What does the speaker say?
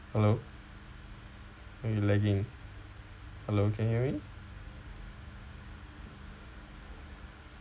hello eh you lagging hello can hear me